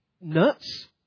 nuts